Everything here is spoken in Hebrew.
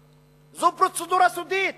זו פרוצדורה סודית.